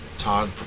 Todd